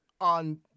on